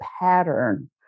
pattern